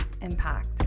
impact